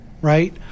right